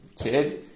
kid